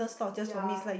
yea